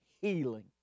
healing